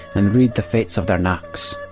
and read the fates of their knacks.